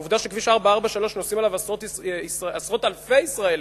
העובדה שכביש 443 נוסעים עליו עשרות אלפי ישראלים,